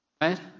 right